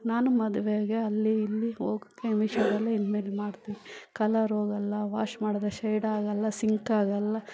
ನಾನು ಮದುವೆಗೆ ಅಲ್ಲಿ ಇಲ್ಲಿ ಹೋಗೋಕೆ ಮೀಶೋದಲ್ಲೇ ಇನ್ಮೇಲೆ ಮಾಡ್ತಿನಿ ಕಲರ್ ಹೋಗೋಲ್ಲ ವಾಶ್ ಮಾಡಿದ್ರೆ ಶೇಡ್ ಆಗೋಲ್ಲ ಸಿಂಕ್ ಆಗೋಲ್ಲ